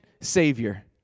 Savior